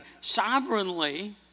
sovereignly